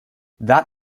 that